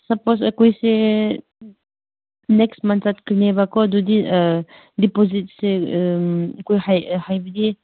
ꯆꯠꯄꯁꯦ ꯑꯩꯈꯣꯏꯁꯦ ꯅꯦꯛꯁ ꯃꯟ ꯆꯠꯀꯅꯦꯕꯀꯣ ꯑꯗꯨꯗꯤ ꯗꯤꯄꯣꯖꯤꯠꯁꯦ ꯑꯩꯈꯣꯏ ꯍꯥꯏꯕꯗꯤ